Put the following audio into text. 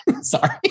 Sorry